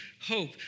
hope